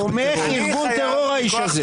תומך ארגון טרור, האיש הזה.